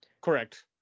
Correct